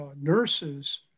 nurses